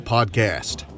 Podcast